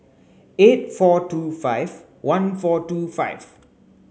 eight four two five one four two five